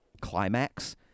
climax